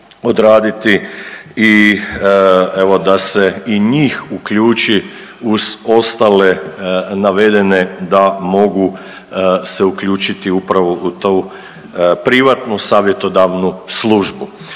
odraditi i evo da se i njih uključi uz ostale navedene da mogu se uključiti upravo u tu privatnu savjetodavnu službu.